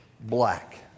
black